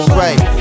right